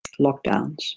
lockdowns